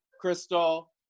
Crystal